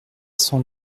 cent